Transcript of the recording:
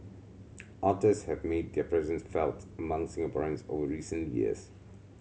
otters have made their presence felt among Singaporeans over recent years